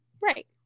right